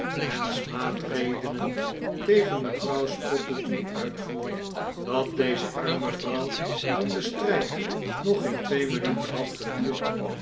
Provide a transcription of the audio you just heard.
en smaadredenen tegen mevrouw spottletoe uitvoer dat deze arme vrouw toen de strijd nog geen twee minuten had geduurd